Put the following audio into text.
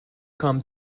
come